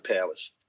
powers